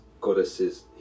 goddesses